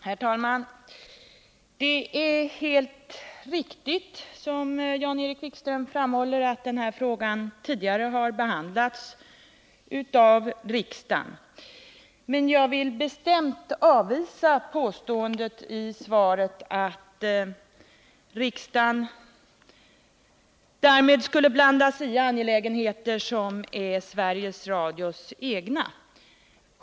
Herr talman! Det är helt riktigt som Jan-Erik Wikström framhåller, att denna fråga tidigare har behandlats i riksdagen, men jag vill bestämt avvisa påståendet i svaret att riksdagen därmed skulle blanda sig i Sveriges Radios egna angelägenheter.